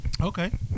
okay